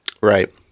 Right